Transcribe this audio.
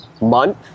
month